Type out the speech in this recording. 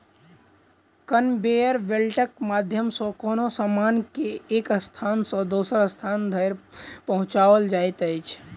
conveyor बेल्टक माध्यम सॅ कोनो सामान के एक स्थान सॅ दोसर स्थान धरि पहुँचाओल जाइत अछि